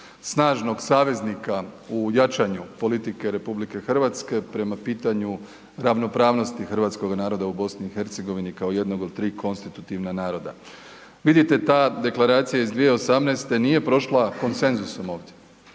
snažnog saveznika u jačanju politike RH prema pitanju ravnopravnosti hrvatskoga naroda u BiH kao jednog od tri konstitutivna naroda. Vidite ta deklaracija iz 2018. nije prošla konsenzusom ovdje,